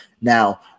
Now